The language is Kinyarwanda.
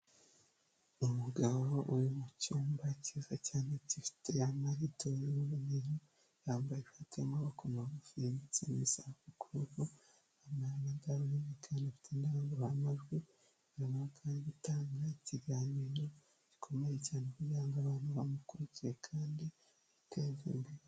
Umugabo uri mu cyumba cyiza cyane gifite amarido y'ubururu yambaye ishati y'amaboko magufi ndetse n'insaha ku kuboko, arimo arakoresha arakoresha indanguramamajwi mu gutanga ikiganiro gikomeye cyane kugira ngo abantu bamukurikire kandi biteze imbere.